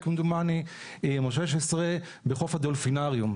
או 2016 בחוץ הדולפינריום.